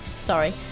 Sorry